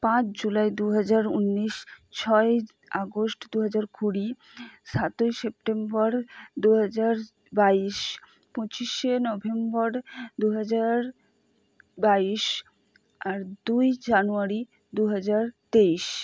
পাঁচ জুলাই দুহাজার উনিশ ছয় আগস্ট দুহাজার কুড়ি সাতই সেপ্টেম্বর দুহাজার বাইশ পঁচিশে নভেম্বর দুহাজার বাইশ আর দুই জানুয়ারি দুহাজার তেইশ